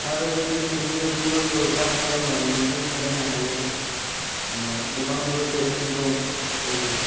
आरो लोगोसे जोङो गुगोलफोराव सार्स खालामनानैबो जों फरायनो हायो गोबां वेबसाइटफोर दं जेरै